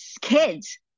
kids